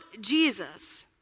Jesus